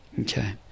Okay